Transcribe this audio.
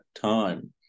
time